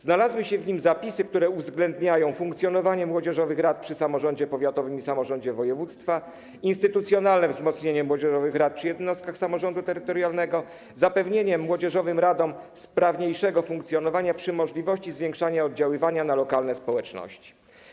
Znalazły się w nim zapisy, które uwzględniają funkcjonowanie młodzieżowych rad przy samorządzie powiatowym i samorządzie województwa, instytucjonalne wzmocnienie młodzieżowych rad przy jednostkach samorządu terytorialnego i zapewnienie młodzieżowym radom sprawniejszego funkcjonowania przy możliwości zwiększenia oddziaływania na lokalne społeczności.